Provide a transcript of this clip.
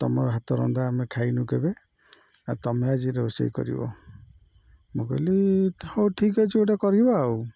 ତୁମର ହାତ ରନ୍ଧା ଆମେ ଖାଇନୁ କେବେ ଆଉ ତୁମେ ଆଜି ରୋଷେଇ କରିବ ମୁଁ କହିଲି ହଉ ଠିକ୍ ଅଛି ଗୋଟେ କରିବା ଆଉ